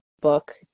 book